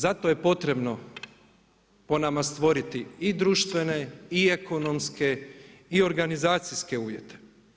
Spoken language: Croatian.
Zato je potrebno po nama stvoriti i društvene i ekonomske i organizacijske uvjete.